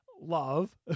love